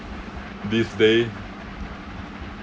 this day